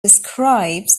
describes